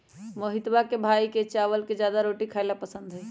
मोहितवा के भाई के चावल से ज्यादा रोटी खाई ला पसंद हई